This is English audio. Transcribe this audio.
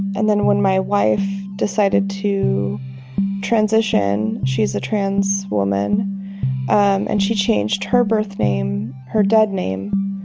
and then when my wife decided to transition she is a trans woman um and she changed her birth name, her dead name,